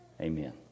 Amen